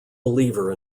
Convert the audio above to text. believer